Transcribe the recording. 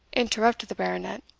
interrupted the baronet.